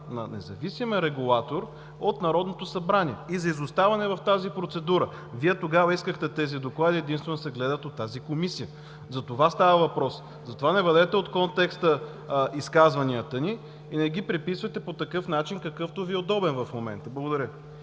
на независимия регулатор от Народното събрание и за изоставане в тази процедура. Вие тогава искахте тези доклади да се гледат единствено от тази Комисия. За това става въпрос. Затова не вадете от контекста изказванията ни и не ги преписвайте по такъв начин, какъвто Ви е удобен в момента. Благодаря.